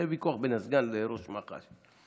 היה ויכוח בין הסגן לראש מח"ש.